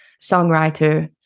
songwriter